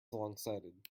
longsighted